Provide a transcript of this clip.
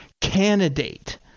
candidate